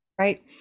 right